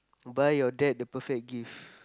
buy your dad the perfect gift